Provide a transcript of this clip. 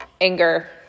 anger